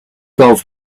golf